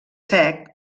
sec